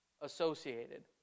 associated